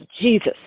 Jesus